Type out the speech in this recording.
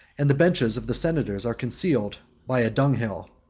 and the benches of the senators are concealed by a dunghill.